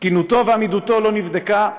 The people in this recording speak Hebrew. תקינותו ועמידותו לא נבדקו,